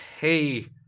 hey